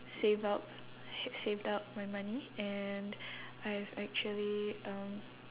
save up saved up my money and I have actually um